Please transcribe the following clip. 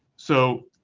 so